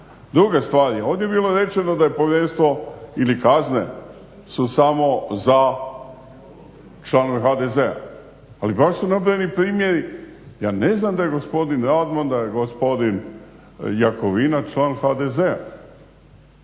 Druga stvar je, ovdje je bilo rečeno da je povjerenstvo ili kazne su samo za članove HDZ-a. Ali baš su nabrojani primjeri, ja ne znam da je gospodin Radman, da je gospodin Jakovina član HDZ-a.